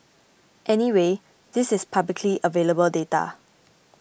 anyway this is publicly available data